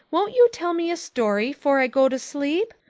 won't you tell me a story fore i go to sleep?